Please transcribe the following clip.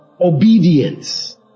Obedience